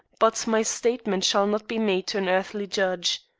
but my statement shall not be made to an earthly judge.